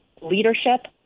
leadership